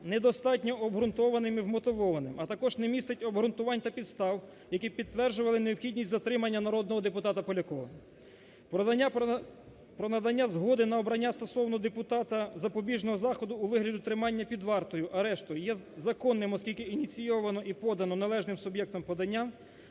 недостатньо обґрунтованим і вмотивованим, а також не містить обґрунтувань та підстав, які б підтверджували необхідність затримання народного депутата Полякова. Про надання згоди на обрання стосовно депутата запобіжного заходу у вигляді тримання під вартою, арешту є законним, оскільки ініційовано і подано належним суб'єктом подання,